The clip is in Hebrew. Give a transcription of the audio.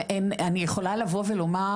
אני יכולה לבוא ולומר,